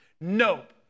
nope